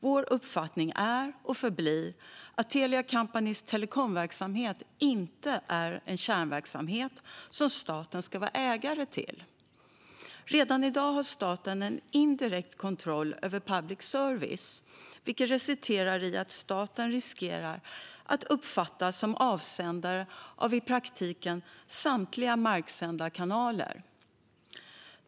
Vår uppfattning är, och förblir, att Telia Companys telekomverksamhet inte är en kärnverksamhet som staten ska vara ägare till. Redan i dag har staten en indirekt kontroll över public service, vilket resulterar i att staten riskerar att uppfattas som avsändare av i praktiken samtliga marksända kanaler.